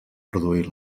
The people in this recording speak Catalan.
produir